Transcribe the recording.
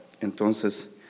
entonces